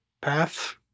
path